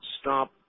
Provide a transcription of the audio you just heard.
stop